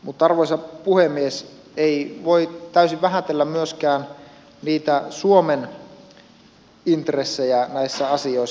mutta arvoisa puhemies ei voi täysin vähätellä myöskään niitä suomen intressejä näissä asioissa